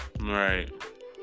Right